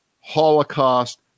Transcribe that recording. Holocaust